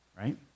right